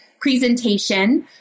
presentation